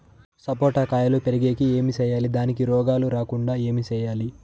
సపోట కాయలు పెరిగేకి ఏమి సేయాలి దానికి రోగాలు రాకుండా ఏమి సేయాలి?